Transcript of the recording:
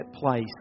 place